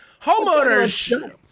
Homeowners